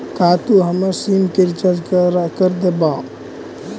का तू हमर सिम के रिचार्ज कर देबा